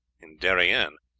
in darien.